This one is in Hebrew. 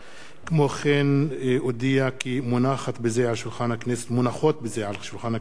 כמו כן, אודיע כי מונחות בזה על שולחן הכנסת היום,